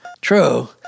True